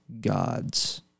gods